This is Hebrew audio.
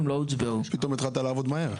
פתאום התחלת לעבוד מהר?